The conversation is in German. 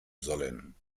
sollen